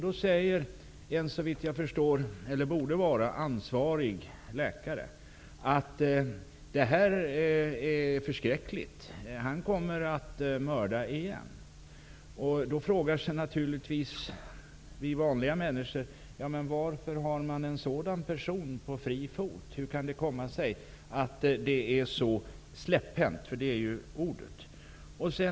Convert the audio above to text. Den läkare som såvitt jag förstår borde vara den ansvarige sade att det här är förskräckligt -- mannen kommer att mörda igen. Vi vanliga människor frågar oss varför man har en sådan person på fri fot. Hur kan det komma sig att det är så släpphänt? Det är ju det rätta ordet.